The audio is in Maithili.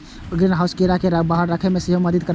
ग्रीनहाउस कीड़ा कें बाहर राखै मे सेहो मदति करै छै